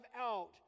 out